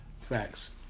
Facts